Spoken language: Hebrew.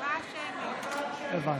הצבעה שמית.